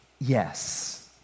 yes